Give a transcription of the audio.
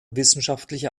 wissenschaftliche